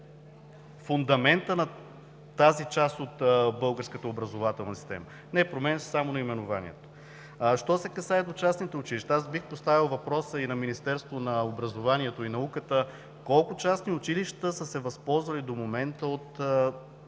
фундаментът на тази част от българската образователна система? Не, променя се само наименованието. Що се касае до частните училища. Бих поставил въпроса и на Министерството на образованието и науката: колко частни училища са се възползвали до момента от